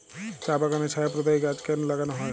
চা বাগানে ছায়া প্রদায়ী গাছ কেন লাগানো হয়?